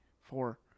four